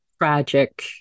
tragic